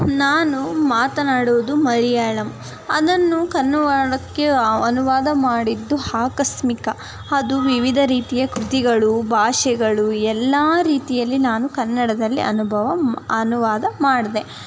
ನಾನು ಮಾತನಾಡುವುದು ಮಲಯಾಳಂ ಅದನ್ನು ಕನ್ನುವಡಕ್ಕೆ ಅನುವಾದ ಮಾಡಿದ್ದು ಆಕಸ್ಮಿಕ ಅದು ವಿವಿಧ ರೀತಿಯ ಕೃತಿಗಳು ಭಾಷೆಗಳು ಎಲ್ಲ ರೀತಿಯಲ್ಲಿ ನಾನು ಕನ್ನಡದಲ್ಲಿ ಅನುಭವ ಅನುವಾದ ಮಾಡಿದೆ